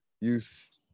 youth